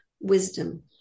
wisdom